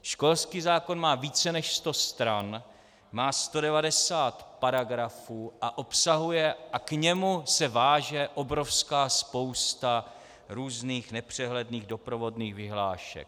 Školský zákon má více než 100 stran, má 190 paragrafů a k němu se váže obrovská spousta různých nepřehledných doprovodných vyhlášek.